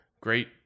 great